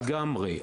לגמרי,